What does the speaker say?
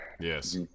Yes